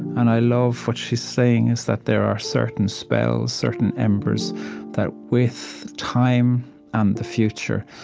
and i love what she's saying, is that there are certain spells, certain embers that, with time and the future,